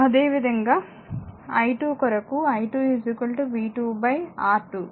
అదేవిధంగా i2 కొరకు i2 v R2